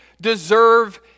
deserve